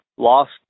lost